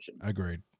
Agreed